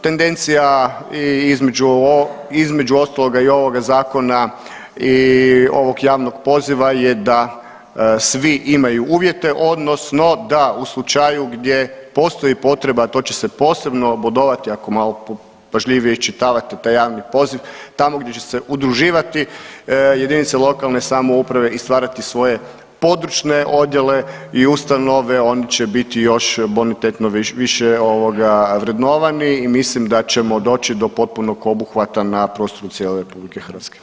Tendencija između ostaloga i ovoga zakona i ovog javnog poziva je da svi imaju uvjete odnosno da u slučaju gdje postoji potreba, a to će se posebno bodovati ako malo pažljivije iščitavate taj javni poziv tamo gdje će se udruživati jedinice lokalne samouprave i stvarati svoje područne odjele i ustanove oni će biti još bonitetno više ovoga vrednovani i mislim da ćemo doći do potpunog obuhvata na prostoru cijele RH.